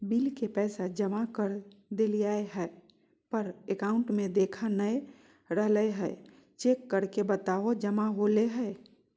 Bill के पैसा जमा कर देलियाय है पर अकाउंट में देखा नय रहले है, चेक करके बताहो जमा होले है?